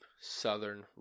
Southern